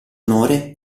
onore